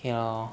ya